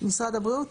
משרד הבריאות?